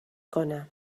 کنم